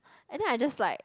and then I just like